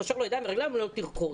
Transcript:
קושר לו ידיים ורגליים ואומר לו: תרקוד.